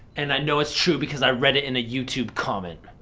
and i know it's true because i read it in a youtube comment.